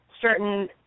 certain